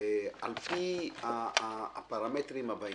על פי הפרמטרים הבאים: